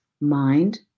mind